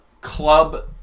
club